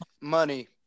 money